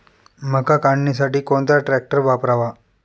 मका काढणीसाठी कोणता ट्रॅक्टर वापरावा?